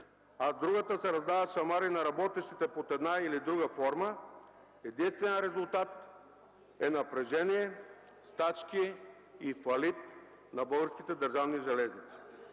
с другата се раздават шамари на работещите под една или друга форма, единственият резултат е напрежение, стачки и фалит на Българските държавни железници.